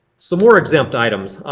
some more exempt items.